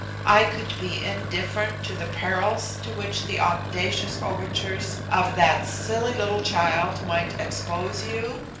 i could be indifferent to the perils to which the audacious overtures of that silly little child might expose you?